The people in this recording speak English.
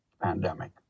pandemic